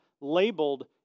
labeled